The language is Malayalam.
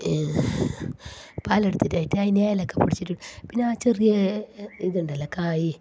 പാലെടുത്തിട്ടേ അയില് ഏലക്ക പൊടിച്ചിട്ട് പിന്നെ ആ ചെറിയ ഇതുണ്ടല്ലോ കായ്